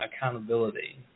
accountability